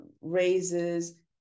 raises